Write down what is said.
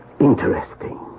Interesting